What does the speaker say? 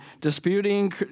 disputing